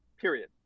period